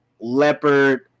leopard